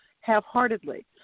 half-heartedly